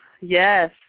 yes